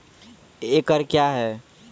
एकड कया हैं?